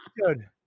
good